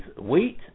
wheat